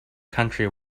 country